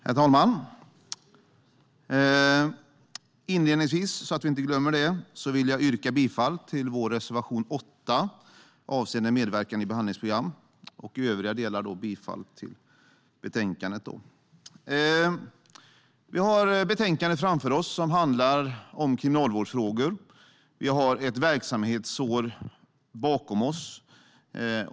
Herr talman! Inledningsvis vill jag yrka bifall till vår reservation 8 avseende medverkan i behandlingsprogram. I övriga delar yrkar jag bifall till utskottets förslag i betänkandet. Det betänkande som vi har framför oss handlar om kriminalvårdsfrågor. Vi har ett verksamhetsår bakom oss.